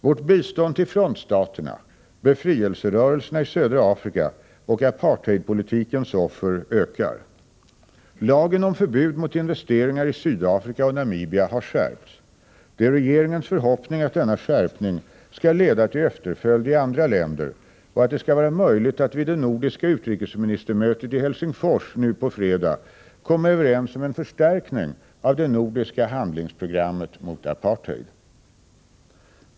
Vårt bistånd till frontstaterna, befrielserörelserna i södra Afrika och apartheidpolitikens offer ökar. Lagen om förbud mot investeringar i Sydafrika och Namibia har skärpts. Det är regeringens förhoppning att denna skärpning skall leda till efterföljd i andra länder och att det skall vara möjligt att, vid det nordiska utrikesministermötet i Helsingfors nu på fredag, komma överens om en förstärkning av det nordiska handlingsprogrammet mot apartheid.